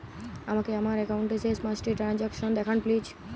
আমাকে আমার একাউন্টের শেষ পাঁচটি ট্রানজ্যাকসন দেখান প্লিজ